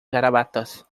garabatos